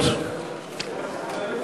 המשאל.